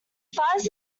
fires